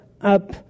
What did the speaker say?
up